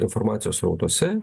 informacijos srautuose